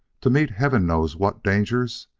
to meet heaven knows what dangers?